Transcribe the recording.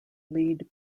league